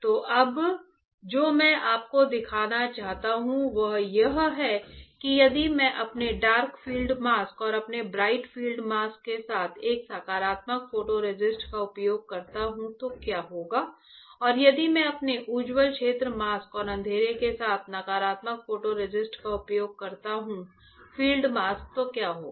तो अब जो मैं आपको दिखाना चाहता हूं वह यह है कि यदि मैं अपने डार्क फील्ड मास्क और अपने ब्राइट फील्ड मास्क के साथ एक सकारात्मक फोटो रेसिस्ट का उपयोग करता हूं तो क्या होगा और यदि मैं अपने उज्ज्वल क्षेत्र मास्क और अंधेरे के साथ नकारात्मक फोटो रेसिस्ट का उपयोग करता हूं फील्ड मास्क तो क्या होगा